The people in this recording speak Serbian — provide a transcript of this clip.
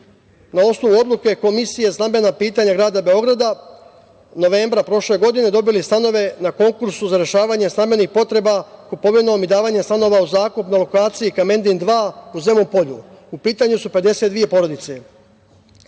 na osnovu odluke Komisije za stambena pitanja grada Beograda, novembra prošle godine dobili stanove na konkursu za rešavanje stambenih potreba kupovinom i davanjem stanova u zakup na lokaciji Kamendin 2 u Zemun Polju, u pitanju su 52 porodice.